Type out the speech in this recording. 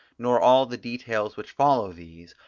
nor all the details which follow these,